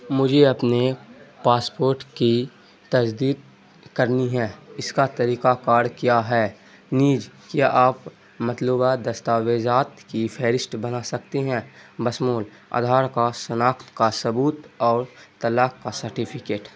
مجھے اپنے ایک پاسپورٹ کی تجدید کرنی ہے اس کا طریقہ کار کیا ہے نیج کیا آپ مطلوبہ دستاویزات کی فہرست بنا سکتے ہیں آدھار کا شناخت کا ثبوت اور طلاک کا سرٹیفکیٹ